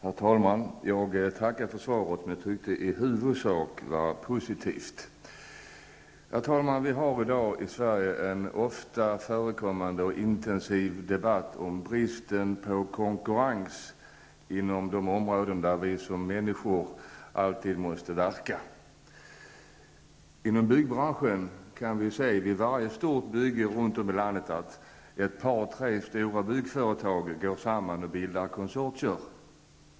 Herr talman! Jag tackar för svaret som jag tycker är i huvudsak positivt. Vi i Sverige har numera en ofta förekommande och intensiv debatt om bristen på konkurrens inom områden där vi människor alltid måste verka. Inom byggbranschen kan vi när det gäller varje stort bygge överallt i landet se att ett par tre stora byggföretag går samman och bildar konsortier.